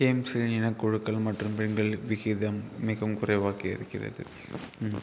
games இனக் குழுக்கள் மற்றும் பெண்கள் விகிதம் மிகவும் குறைவாக இருக்கிறது